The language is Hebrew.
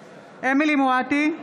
מואטי,